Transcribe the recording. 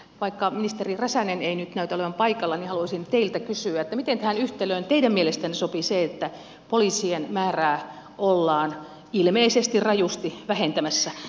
vaikka ministeri räsänen ei nyt näytä olevan paikalla haluaisin teiltä kysyä miten tähän yhtälöön teidän mielestänne sopii se että poliisien määrää ollaan ilmeisesti rajusti vähentämässä